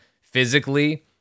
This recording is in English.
physically